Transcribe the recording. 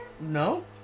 No